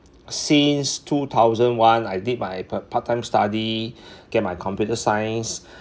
since two thousand one I did my pa~ part time study get my computer science